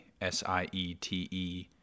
S-I-E-T-E